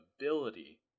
ability